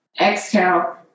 exhale